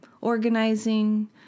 organizing